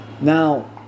Now